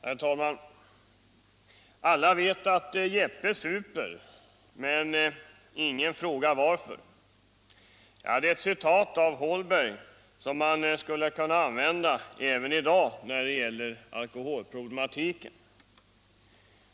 Herr talman! Alla vet att Jeppe super, men ingen frågar varför. Detta citat av Holberg kan man använda även i dag när det gäller alkoholproblematiken.